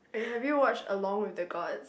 eh have you watched along with the Gods